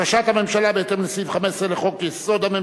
הממשלה, בהתאם לסעיף 15 לחוק-יסוד: הממשלה,